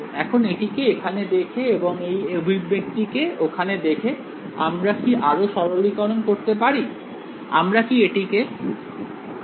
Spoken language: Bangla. এখন এটিকে এখানে দেখে এবং এই অভিব্যক্তিকে ওখানে দেখে আমরা কি আরও সরলীকরণ করতে পারি